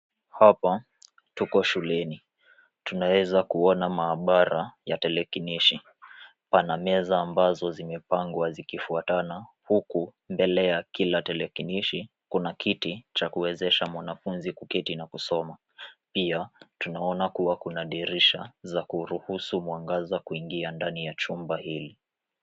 Hapa tuko shuleni. Tunaweza kuona maabara ya tarakilishi. Kuna meza ambazo zimepangwa zikifuatana huku mbele ya kila tarakilishi kuna kiti cha kuwezesha mwanafunzi kuketi na kusoma. Pia tunaona kuwa kuna madirisha.